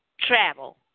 travel